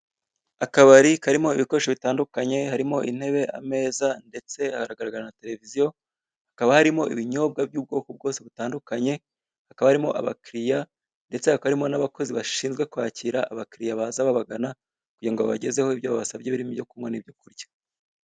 Akabari karimo ibikoresho bitandukanye harimo intebe, ameza ndetse haranagaragara na televiziyo hakaba harimo ibinyobwa by'ubwoko bwose butandukanye, hakaba harimo abakiriya ndetse hakaba harimo n'abakozi bashinzwe kwakira abakiriya baza babagana kugira ngo babagezeho ibyo babasabye birimo ibyo kunywa nibyo kurya.